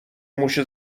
موش